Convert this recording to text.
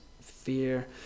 fear